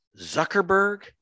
zuckerberg